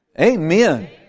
Amen